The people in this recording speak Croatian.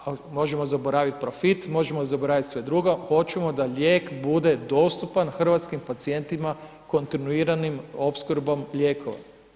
A možemo zaboraviti profit, možemo zaboravit sve drugo, hoćemo da lijek bude dostupan hrvatskim pacijentima kontinuiranom opskrbom lijekova.